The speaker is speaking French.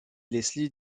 leslie